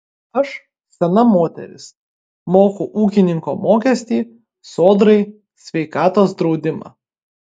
aš sena moteris moku ūkininko mokestį sodrai sveikatos draudimą